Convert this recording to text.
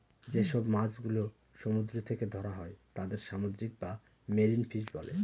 যেসব মাছ গুলো সমুদ্র থেকে ধরা হয় তাদের সামুদ্রিক বা মেরিন ফিশ বলে